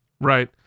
right